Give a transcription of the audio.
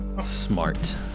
Smart